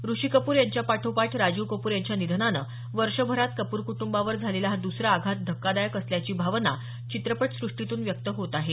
ऋषी कपूर यांच्यापाठोपाठ राजीव कपूर यांच्या निधनानं वर्षभरात कपूर कुटंबावर झालेला हा दुसरा आघात धक्कादायक असल्याची भावना चित्रपटस्रष्टीतून व्यक्त होत आहे